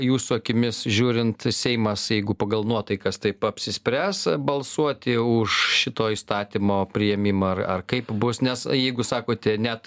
jūsų akimis žiūrint seimas jeigu pagal nuotaikas taip apsispręs balsuoti už šito įstatymo priėmimą ar ar kaip bus nes jeigu sakote net